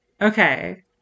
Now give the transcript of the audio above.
okay